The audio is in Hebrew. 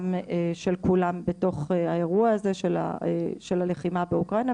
של כולם בתוך האירוע הזה של הלחימה באוקראינה,